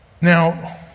Now